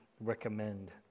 recommend